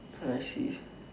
ah I see